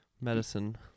medicine